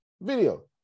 video